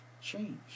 change